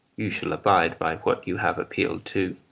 you shall abide by what you have appealed to